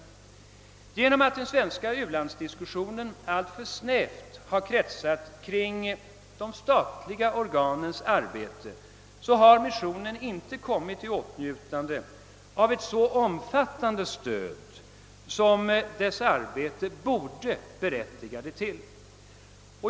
På grund av att den svenska u-landsdiskussionen alltför snävt har kretsat kring de statliga organens arbete, har missionen inte kommit i åtnjutande av ett så omfattande stöd som dess arbete borde berättiga till.